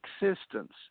existence